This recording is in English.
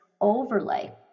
overlay